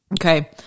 okay